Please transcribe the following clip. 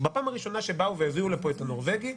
בפעם הראשונה שבאו והביאו לפה את "הנורבגי",